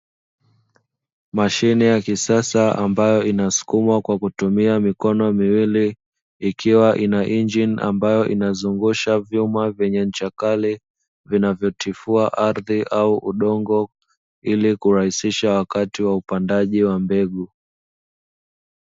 Mashine ya kisasa ambayo inasukumwa kwa kutumia mikono miwili, ikiwa ina injini ambayo inazungusha vyuma vyenye ncha kali vinavyotifua ardhi au udongo ili kurahisisha wakati wa upandaji wa mbegu.